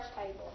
table